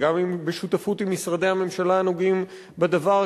וגם בשותפות עם משרדי הממשלה הנוגעים בדבר,